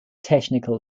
technical